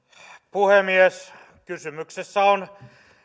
puhemies kysymyksessä on